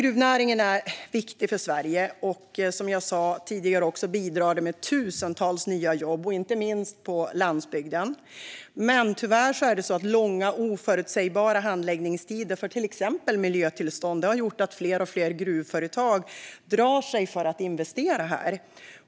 Gruvnäringen är viktig för Sverige och bidrar, som jag sa tidigare, med tusentals nya jobb, inte minst på landsbygden. Men tyvärr har långa och oförutsägbara handläggningstider för till exempel miljötillstånd gjort att fler och fler gruvföretag drar sig för att investera här.